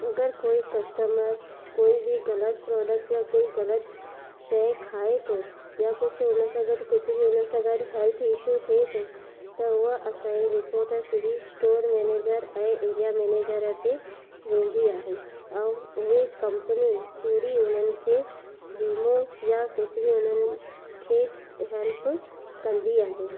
अगरि कोई कस्टमर कोई बि ग़लति प्रोडक्ट या कोई ग़लति शइ खाए थो या कुझु हुन सां गॾु कुझु बि हुन सां गॾु हेल्थ इशू थिए थो त उहा असांजी रिपोट सिधी स्टोर मैनेजर ऐं एरिया मैनेजर ते वेंदी आहे ऐं उहे कंपनी पूरी उन्हनि खे वीमो या कुझु बि उन्हनि खे हेल्प कंदी आहे